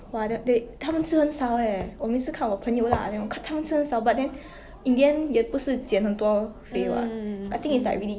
ya that's true